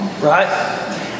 right